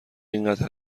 اینقدر